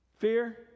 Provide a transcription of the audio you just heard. Fear